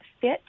fit